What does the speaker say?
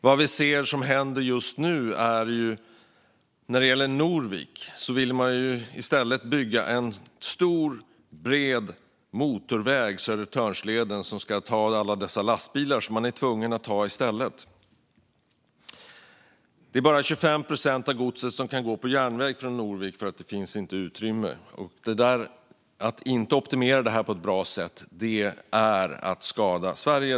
Vad som händer just nu är att i fråga om Norvik vill man bygga en stor, bred motorväg, Södertörnsleden, som i stället ska ta alla dessa lastbilar. Det är bara 25 procent av godset som kan gå på järnväg från Norvik eftersom det inte finns utrymme. Att inte optimera detta på ett bra sätt är att skada Sverige.